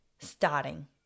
starting